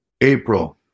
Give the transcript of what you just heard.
April